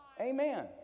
amen